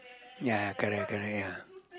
ya correct correct ya